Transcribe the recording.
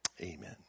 amen